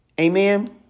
Amen